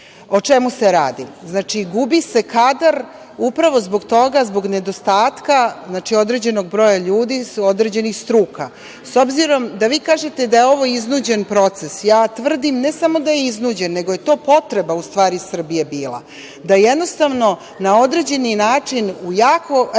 čemu se radi? Znači, gubi se kadar upravo zbog toga, zbog nedostatka određenog broja ljudi iz određenih struka. Obzirom da vi kažete da je ovo iznuđen proces, ja tvrdim ne samo da je iznuđen nego je to potreba Srbije bila. Da jednostavno na određeni način u jako